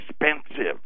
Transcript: expensive